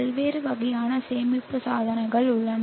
பல்வேறு வகையான சேமிப்பக சாதனங்கள் உள்ளன